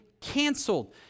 canceled